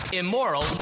immoral